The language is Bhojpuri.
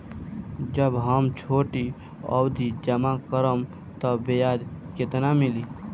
जब हम छोटी अवधि जमा करम त ब्याज केतना मिली?